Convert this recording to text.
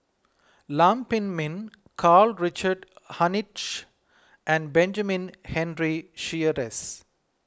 Lam Pin Min Karl Richard Hanitsch and Benjamin Henry Sheares